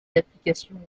applications